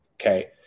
okay